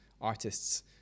artists